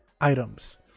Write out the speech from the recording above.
items